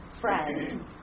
friend